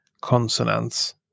consonants